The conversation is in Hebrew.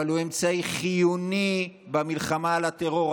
אבל הוא אמצעי חיוני במלחמה בטרור.